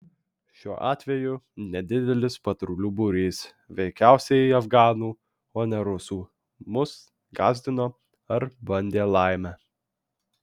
šiuo atveju nedidelis patrulių būrys veikiausiai afganų o ne rusų mus gąsdino ar bandė laimę